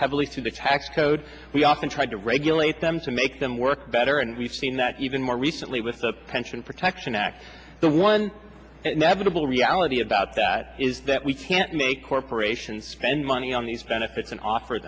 heavily through the tax code we often tried to regulate them to make them work better and we've seen that even more recently with the pension protection act the one navigable reality about that is that we can't make corporations spend money on these benefits and offer